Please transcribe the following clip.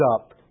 up